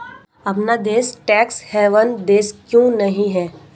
अपना देश tax haven देश क्यों नहीं है?